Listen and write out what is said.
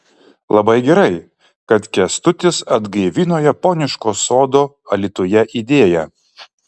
labai gerai kad kęstutis atgaivino japoniško sodo alytuje idėją